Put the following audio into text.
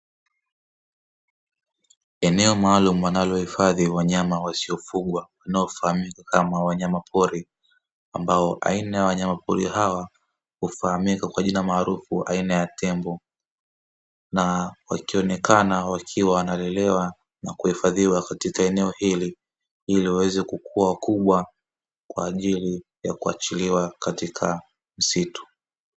Eneo maalumu wanalohifadhi wanyama wasiofugwa wanaofahamika kama wanyama pori, ambao aina ya wanyamapori hawa hufahamika kwa jina maarufu aina ya tembo na wakionekana wakiwa wanalelewa na kuhifadhiwa katika eneo hili ili uweze kukua wakubwa kwa ajili ya kuachiliwa katika msitu.